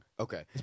Okay